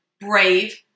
brave